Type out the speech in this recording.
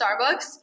Starbucks